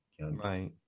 Right